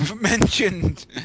Mentioned